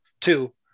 two